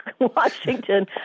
Washington